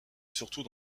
surtout